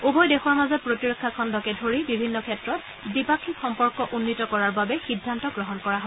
উভয় দেশৰ মাজত প্ৰতিৰক্ষা খণুকে ধৰি বিভিন্ন ক্ষেত্ৰত দ্বি পাক্ষিক সম্পৰ্ক উন্নীত কৰাৰ বাবে সিদ্ধান্ত গ্ৰহণ কৰা হয়